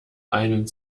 einen